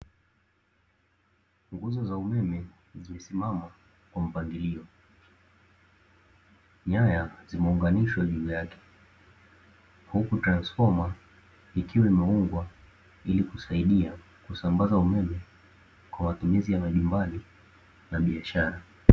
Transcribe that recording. Nguzo za umeme zimesimama kwa mpangilio. Nyaya zimeunganishwa juu yake, huku transfoma likiwa imeungwa ili kusaidia kusambaza umeme kwa matumizi ya majumbani na biashara.